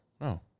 No